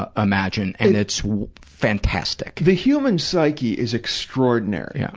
ah imagine. and it's fantastic. the human psyche is extraordinary. yeah.